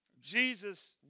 Jesus